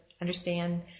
understand